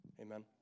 Amen